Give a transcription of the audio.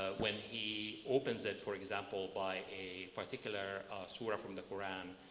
ah when he opens it for example by a particular surah from the koran,